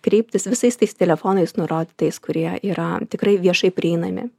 kreiptis visais tais telefonais nurodytais kurie yra tikrai viešai prieinami